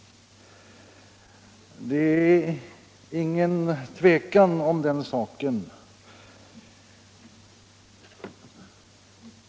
Det är ingen tvekan om den saken.